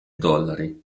dollari